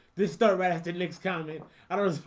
this direct it looks common